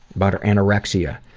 about her anorexia,